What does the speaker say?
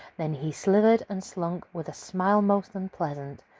then he slithered and slunk, with a smile most unpleasant,